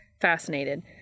fascinated